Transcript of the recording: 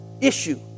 issue